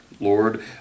Lord